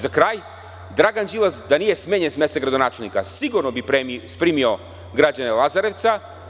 Za kraj, da Dragan Đilas nije smenjen s mesta gradonačelnika, sigurno bi primio građane Lazarevca.